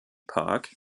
park